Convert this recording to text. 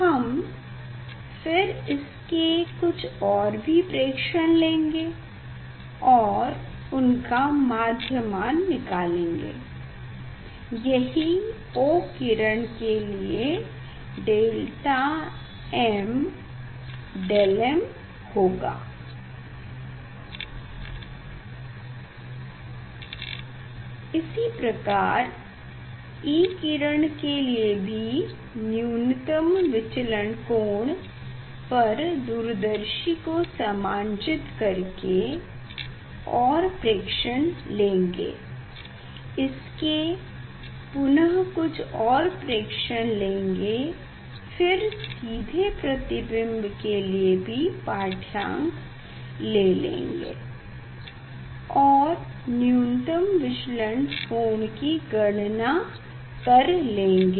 हम फिर इसके कुछ और भी प्रेक्षण लेंगे और उनका माध्य मान निकालेंगे यही O किरण के लिए डेल्टा एम δm होगा इसी प्रकार E किरण के लिए भी न्यूनतम विचलन कोण पर दूरदर्शी को समांजीत करेंगे और प्रेक्षण लेंगे इसके पुनः कुछ और प्रेक्षण लेंगे फिर सीधे प्रतिबिंब के लिए भी पाढ़यांक लेंगे और न्यूनतम विचलन कोण की गणना कर लेंगे